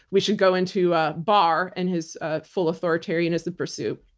we should go into ah barr and his ah full authoritarianism pursuit.